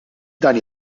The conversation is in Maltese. dan